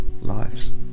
lives